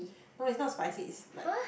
no is not spicy is like